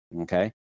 okay